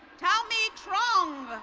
talmey trong.